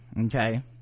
okay